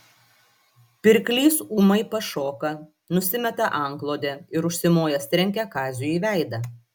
pirklys ūmai pašoka nusimeta antklodę ir užsimojęs trenkia kaziui į veidą